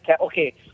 okay